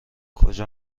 کجا